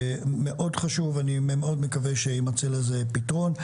הוא מאוד חשוב ואני מאוד מקווה שיימצא לזה פתרון.